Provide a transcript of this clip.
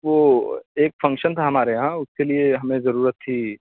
وہ ایک فنکشن تھا ہمارے یہاں اس کے لیے ہمیں ضرورت تھی